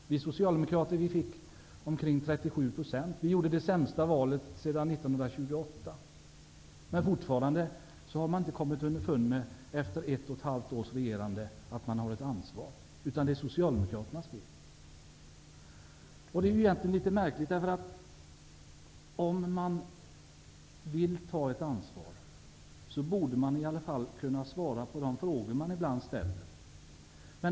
Vi socialdemokrater fick omkring 37 % av rösterna och gjorde det sämsta valet sedan 1928. Regeringen har fortfarande efter ett och ett halvt års regerande inte kommit underfund med att den har ett ansvar. Den säger att de ekonomiska problemen är Socialdemokraternas fel. Det är märkligt. Om regeringen vill ta ett ansvar, borde den kunna svara på de frågor som ställs.